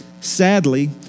sadly